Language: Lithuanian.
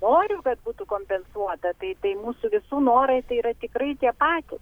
noriu kad būtų kompensuota tai tai mūsų visų norai tai yra tikrai tie patys